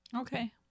Okay